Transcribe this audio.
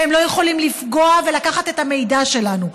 שהם לא יכולים לפגוע ולקחת את המידע שלנו.